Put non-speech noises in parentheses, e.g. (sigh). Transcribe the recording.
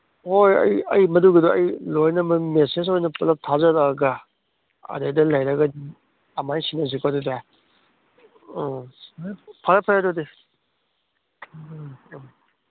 ꯍꯣꯏ ꯑꯩ ꯑꯩ ꯃꯗꯨꯒꯤꯗꯣ ꯑꯩ ꯂꯣꯏꯅꯕ ꯃꯦꯁꯦꯖ ꯑꯣꯏꯅ ꯄꯨꯂꯞ ꯊꯥꯖꯔꯛꯑꯒ ꯑꯗꯩꯗ ꯂꯩꯔꯒ ꯑꯗꯨꯃꯥꯏꯅ ꯁꯤꯟꯅꯁꯤꯀꯣ ꯑꯗꯨꯗꯤ ꯑꯥ ꯐꯔꯦ ꯐꯔꯦ ꯑꯗꯨꯗꯤ (unintelligible)